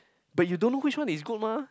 but you don't know which one is good mah